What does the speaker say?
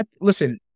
listen